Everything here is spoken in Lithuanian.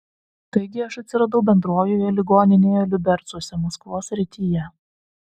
taigi aš atsiradau bendrojoje ligoninėje liubercuose maskvos srityje